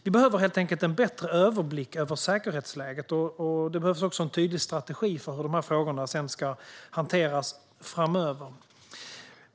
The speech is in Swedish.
Vi behöver helt enkelt en bättre överblick över säkerhetsläget, och det behövs också en tydlig strategi för hur frågorna ska hanteras framöver.